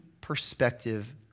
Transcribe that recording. perspective